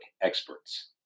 experts